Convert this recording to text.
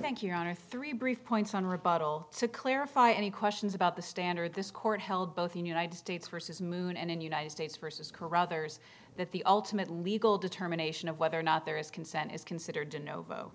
thank you your honor three brief points on rebuttal to clarify any questions about the standard this court held both in united states versus moon and in united states versus caruthers that the ultimate legal determination of whether or not there is consent is considered to novo